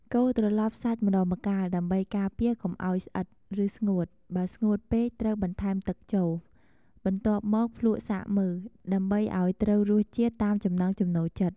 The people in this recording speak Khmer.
កូរត្រឡប់សាច់ម្តងម្កាលដើម្បីការពារកុំឱ្យស្អិតឬស្ងួត បើស្ងួតពេកត្រូវបន្ថែមទឹកចូល បន្ទាប់មកភ្លក្សសាកមើល ដើម្បីឲ្យត្រូវរសជាតិតាមចំណង់ចំណូលចិត្ត។